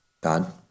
God